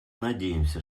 надеемся